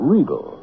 Regal